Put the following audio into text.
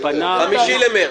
5 במרץ.